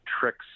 tricks